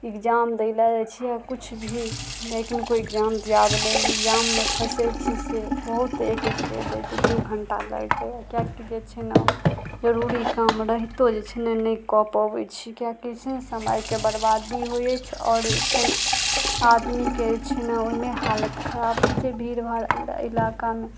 exam दै लए जाइ छी किछु भी लेकिन कोइ इग्जाम दियै इग्जाममे फँसै छी से बहुत एक एक डेढ़ दू घंटा लागि जाइया किएकि जे छै ने जरूरी काम रहितो जे छै ने नहि कऽ पबै छी किएकि छै ने समयके बर्बादी होइ अछि आओर जे छै ने आदमी के जे छै ने ओहिमे हालत खराब होइ छै भीड़ भाड़ इलाकामे